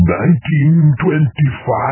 1925